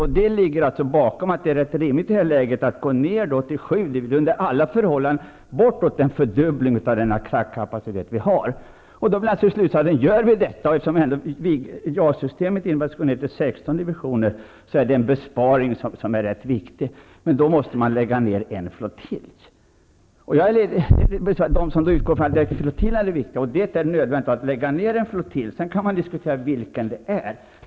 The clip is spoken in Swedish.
Det är det som ligger bakom att det i det här läget är rimligt att gå ned till sju divisioner. Det är under alla förhållanden bortåt en fördubbling av den attackkapacitet vi har. Slutsatsen blir naturligtvis att om vi gör den minskningen -- eftersom JAS-systemet innebär att vi skall gå ned till 16 divisioner -- är det en besparing som är rätt viktig. Men då måste man lägga ned en flottilj. Till dem som utgår från att flottiljerna är det viktiga kan jag säga att det är nödvändigt att lägga ned en flottilj. Sedan kan man diskutera vilken det skall vara.